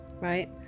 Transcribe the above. right